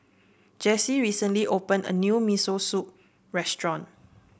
Jessy recently opened a new Miso Soup restaurant